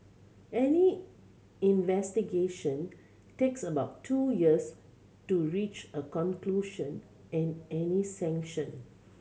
any investigation takes about two years to reach a conclusion and any sanction